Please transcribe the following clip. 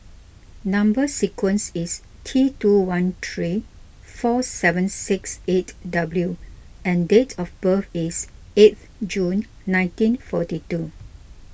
Number Sequence is T two one three four seven six eight W and date of birth is eight June nineteen forty two